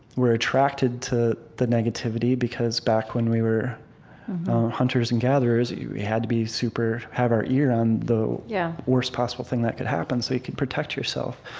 we're attracted to the negativity, because back when we were hunters and gatherers, you had to be super have our ear on the yeah worst possible thing that could happen, so you could protect yourself.